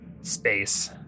space